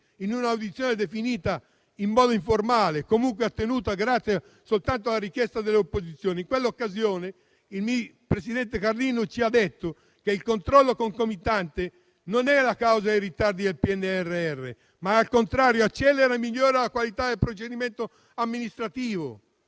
in una audizione definita informale, ma ottenuta solamente grazie alla richiesta delle opposizioni. In quella occasione il presidente Carlino ci ha detto che il controllo concomitante non è la causa dei ritardi del PNRR, ma al contrario accelera e migliora la qualità del procedimento amministrativo.